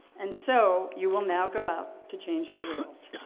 and so, you will now go out to change the world.